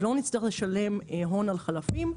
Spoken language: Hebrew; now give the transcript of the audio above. ולא נצטרך לשלם הון על חלפים,